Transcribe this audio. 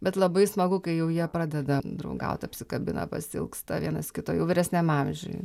bet labai smagu kai jau jie pradeda draugaut apsikabina pasiilgsta vienas kito jau vyresniam amžiuj